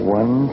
one